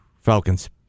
Falcons